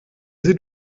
sie